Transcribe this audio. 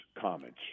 comments